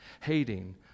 hating